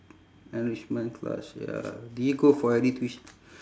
enrichment class ya did you go for any tuition